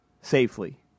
safely